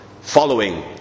following